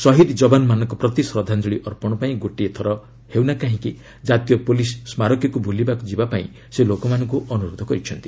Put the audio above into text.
ଶହୀଦ୍ ଯବାନମାନଙ୍କ ପ୍ରତି ଶ୍ରଦ୍ଧାଞ୍ଚଳି ଅର୍ପଣ ପାଇଁ ଗୋଟିଏ ଥର ହେଉନା କାହିଁକି କାତୀୟ ପୁଲିସ୍ ସ୍କାରକୀକୁ ବୁଲିବାକୁ ଯିବାପାଇଁ ସେ ଲୋକମାନଙ୍କୁ ଅନୁରୋଧ କରିଛନ୍ତି